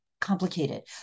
complicated